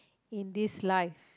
in this life